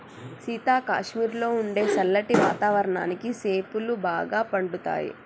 సీత కాశ్మీరులో ఉండే సల్లటి వాతావరణానికి సేపులు బాగా పండుతాయి